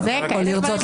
כאלה דברים?